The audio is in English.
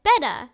better